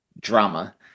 drama